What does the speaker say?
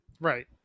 Right